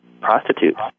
prostitutes